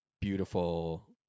beautiful